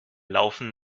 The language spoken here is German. laufen